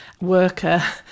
worker